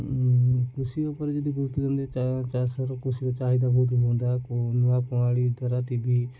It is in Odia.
କୃଷି ଉପରେ ଯଦି ଗୁରୁତ୍ୱ ଦିଅନ୍ତେ ଚାଷର କୃଷିର ଚାହିଦା ବହୁତ ହୁଅନ୍ତା ନୂଆ ପଣାଳୀ ଦ୍ୱାରା ଟିଭି